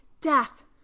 death